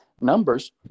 numbers